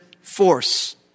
force